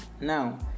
now